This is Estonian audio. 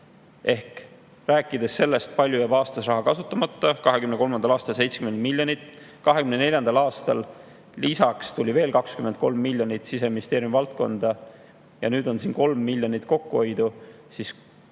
kui rääkida sellest, kui palju jääb aastas raha kasutamata: 2023. aastal jäi 70 miljonit. 2024. aastal lisaks tuli veel 23 miljonit Siseministeeriumi valdkonda ja nüüd on siin 3 miljonit kokkuhoidu.